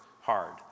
hard